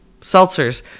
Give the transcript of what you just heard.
seltzers